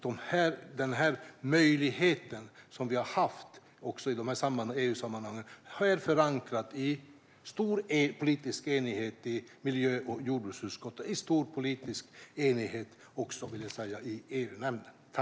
Den möjlighet som vi har haft i EU-sammanhangen är förankrad i stor politisk enighet i miljö och jordbruksutskottet och, vill jag säga, i stor politisk enighet också i EU-nämnden.